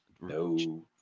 No